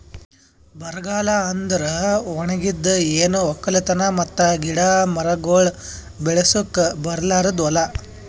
ಬರಗಾಲ ಅಂದುರ್ ಒಣಗಿದ್, ಏನು ಒಕ್ಕಲತನ ಮತ್ತ ಗಿಡ ಮರಗೊಳ್ ಬೆಳಸುಕ್ ಬರಲಾರ್ದು ಹೂಲಾ